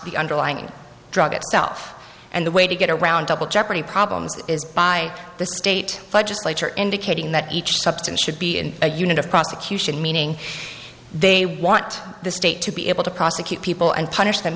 the underlying drug itself and the way to get around double jeopardy problems is by the state legislature indicating that each substance should be in a unit of prosecution meaning they want the state to be able to prosecute people and punish them